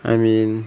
I mean